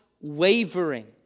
wavering